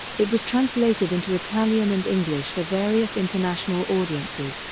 it was translated into italian and english for various international audiences,